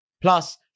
Plus